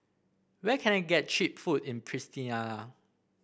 where can I get cheap food in Pristina